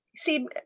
see